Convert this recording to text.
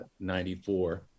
94